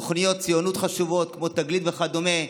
תוכניות ציונות חשובות כמו תגלית וכדומה.